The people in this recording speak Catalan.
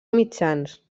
mitjans